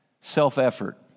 self-effort